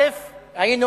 א.